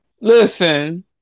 Listen